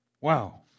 Wow